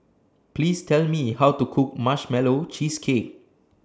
Please Tell Me How to Cook Marshmallow Cheesecake